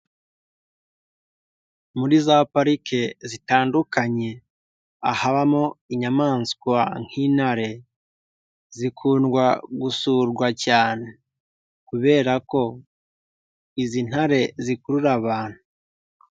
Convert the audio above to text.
Muri za parike zitandukanye habamo inyamaswa nk'intare zikundwa gusurwa cyane kubera ko izi ntare zikurura abantu.